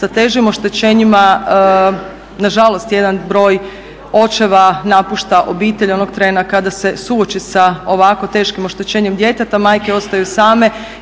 sa težim oštećenjima, na žalost jedan broj očeva napušta obitelj onog trena kada se suoči sa ovako teškim oštećenjem djeteta majke ostaju same.